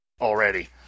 already